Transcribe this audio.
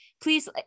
please